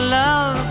love